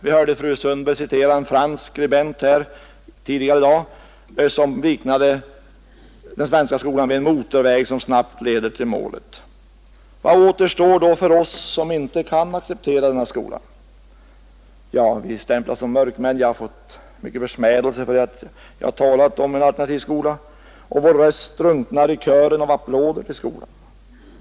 Vi hörde tidigare i dag fru Sundberg citera en fransk skribent, som liknade den svenska skolan vid en motorväg, som snabbt leder till målet. Vad återstår då för oss som inte kan acceptera denna skola? — Jo, vi stämplas som mörkmän. Jag har fått utstå mycken smälek för att jag har talat om en alternativ skola och vår röst drunknar i kören av applåder för skolan.